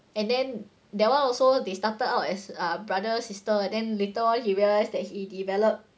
and then that one also they started out as a brother sister then later on he realised that he developed